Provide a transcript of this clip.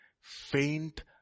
faint